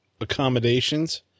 accommodations